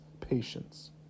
patience